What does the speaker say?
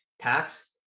tax